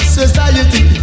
society